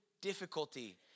difficulty